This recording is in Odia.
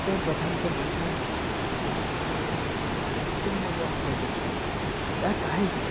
ଏତେ ପ୍ରଭାବିତ ହୋଇଛନ୍ତି ଯାହା ସେମାନେ ମଧ୍ୟ ନିଜକୁ ମଧ୍ୟ ନିଜରେ ମଧ୍ୟ ହଜାଇ ଦେଉଛନ୍ତି ଏହା କାହିଁକି